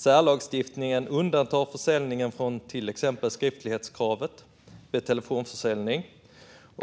Särlagstiftningen undantar till exempel försäljningen från skriftlighetskravet vid telefonförsäljning.